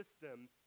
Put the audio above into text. system